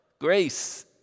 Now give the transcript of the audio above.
Grace